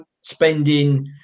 spending